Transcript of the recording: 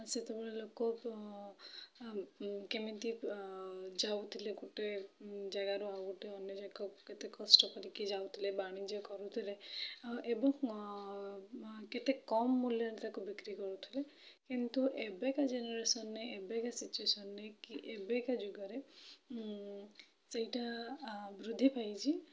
ସେତେବେଳେ ଲୋକ କେମିତି ଯାଉଥିଲେ ଗୋଟେ ଜାଗାରୁ ଆଉ ଗୋଟେ ଅନ୍ୟ ଜାଗାକୁ କେତେ କଷ୍ଟ କରିକି ଯାଉଥିଲେ ବାଣିଜ୍ୟ କରୁଥିଲେ ଆଉ ଏବେ କେତେ କମ୍ ମୂଲ୍ୟରେ ତାକୁ ବିକ୍ରି କରୁଥିଲେ କିନ୍ତୁ ଏବେକା ଜେନେରେସନ୍ ରେ ଏବେକା ସିଚୁଏସନ୍ ରେ କି ଏବେକା ଯୁଗରେ ସେଇଟା ବୃଦ୍ଧି ପାଇଛି